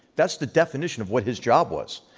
that's the definition of what his job was.